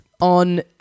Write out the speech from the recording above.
on